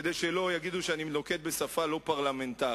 כדי שלא יגידו שאני נוקט שפה לא פרלמנטרית,